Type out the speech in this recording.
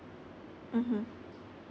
mmhmm